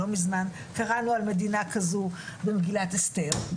לא מזמן קראנו על מדינה כזו במגילת אסתר.